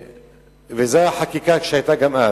וזו החקיקה שהיתה גם אז.